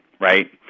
right